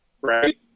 right